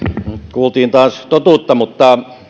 kuultiin taas totuutta mutta